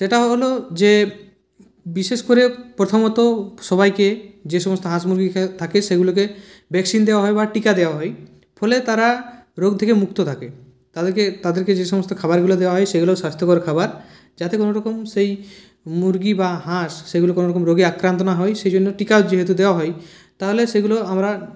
সেটা হল যে বিশেষ করে প্রথমত সবাইকে যে সমস্ত হাঁস মুরগিকে থাকে সেগুলোকে ভ্যাকসিন দেওয়া হয় বা টিকা দেওয়া হয় ফলে তারা রোগ থেকে মুক্ত থাকে তাদেরকে তাদেরকে যে সমস্ত খাবারগুলো দেওয়া হয় সেগুলোও স্বাস্থ্যকর খাবার যাতে কোনো রকম সেই মুরগি বা হাঁস সেগুলি কোনো রকম রোগে আক্রান্ত না হয় সেজন্য টিকাও যেহেতু দেওয়া হয় তাহলে সেগুলো আমরা